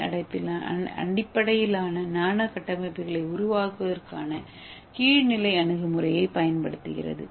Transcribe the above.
ஏ அடிப்படையிலான நானோ கட்டமைப்புகளை உருவாக்குவதற்கான கீழ்நிலை அணுகுமுறையைப் பயன்படுத்துகிறது